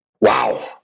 Wow